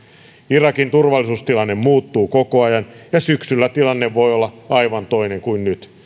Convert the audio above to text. irakin turvallisuustilanne muuttuu koko ajan ja syksyllä tilanne voi olla aivan toinen kuin nyt